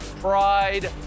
pride